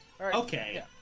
Okay